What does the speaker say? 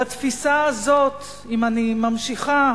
בתפיסה הזאת, אם אני ממשיכה,